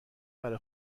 بره